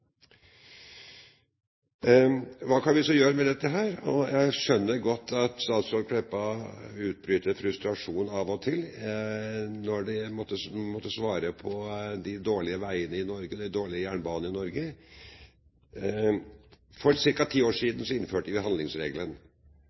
Hva kan vi så gjøre med dette? Jeg skjønner godt at statsråd Meltveit Kleppa uttrykker frustrasjon av og til når man må svare for de dårlige veiene og den dårlige jernbanen i Norge. For ca. ti år siden innførte vi